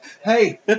Hey